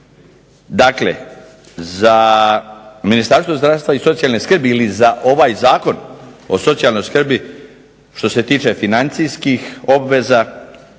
Dakle, za Ministarstvo zdravstva i socijalne skrbi ili za ovaj Zakon o socijalnoj skrbi što se tiče financijskih obveza